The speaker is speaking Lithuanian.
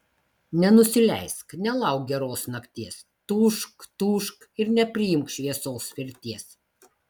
nenusileisk nelauk geros nakties tūžk tūžk ir nepriimk šviesos mirties